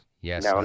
Yes